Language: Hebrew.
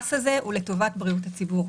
המס הזה הוא לטובת בריאות הציבור.